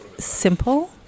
simple